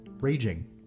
raging